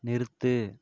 நிறுத்து